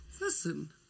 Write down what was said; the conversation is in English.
Listen